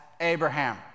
Abraham